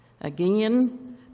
again